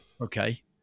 Okay